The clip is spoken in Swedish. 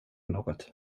något